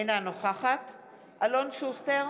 אינה נוכחת אלון שוסטר,